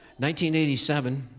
1987